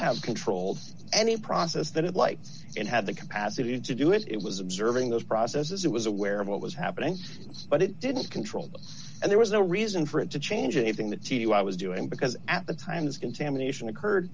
have controlled any process that it lights and had the capacity to do it it was observing those processes it was aware of what was happening but it didn't control them and there was no reason for it to change anything that t d y was doing because at the time as contamination occurred